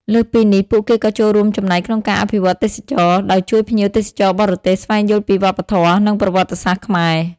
លើសពីនេះ ពួកគេក៏ចូលរួមចំណែកក្នុងការអភិវឌ្ឍទេសចរណ៍ ដោយជួយភ្ញៀវទេសចរបរទេសស្វែងយល់ពីវប្បធម៌ និងប្រវត្តិសាស្ត្រខ្មែរ។